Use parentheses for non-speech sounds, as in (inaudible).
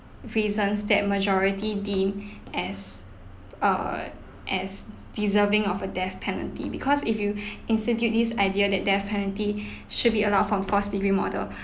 prisons that majority deemed as uh as deserving of a death penalty because if you (breath) institute this idea that death penalty (breath) should be allowed for first-degree murder